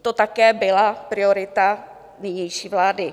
To také byla priorita nynější vlády.